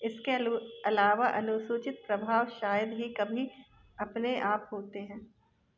इसके अलावा अनुचित प्रभाव शायद ही कभी अपने आप होता है